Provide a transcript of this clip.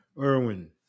Irwin